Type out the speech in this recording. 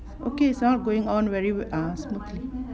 okay it's all going on very ah